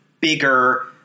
bigger